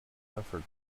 effort